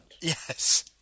Yes